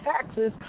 taxes